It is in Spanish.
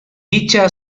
dicha